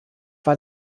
war